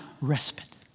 respite